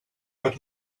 but